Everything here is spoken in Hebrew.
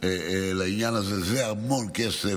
לעניין הזה, זה המון כסף.